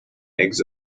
eggs